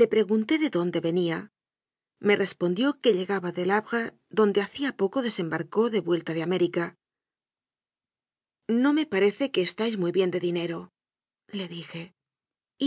le pregunté de dónde venía me respondió que llegaba del havre donde hacía poco desembarcó de vuelta de américa no me parece que estáis mi y bien de dine role dije